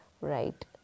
Right